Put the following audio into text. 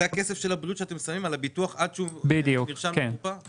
זה הכסף של הבריאות שאתם שמים על הביטוח עד שהוא נרשם לקופת חולים?